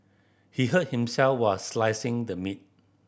he hurt himself were slicing the meat